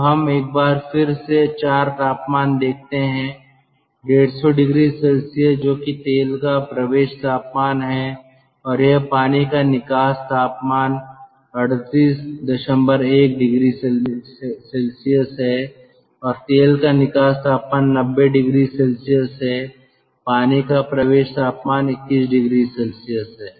तो हम एक बार फिर से चार तापमान देखते हैं 150oC जो कि तेल का प्रवेश तापमान है और यह पानी का निकास तापमान 381oC है और तेल का निकास तापमान 90oC है पानी का प्रवेश तापमान 21oC है